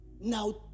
Now